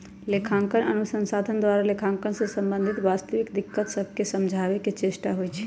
लेखांकन अनुसंधान द्वारा लेखांकन से संबंधित वास्तविक दिक्कत सभके समझाबे के चेष्टा होइ छइ